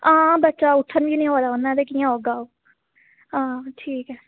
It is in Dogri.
हां बच्चा उट्ठन बी नी होआ दा उ'न्नै ते कियां औगा ओह् हां ठीक ऐ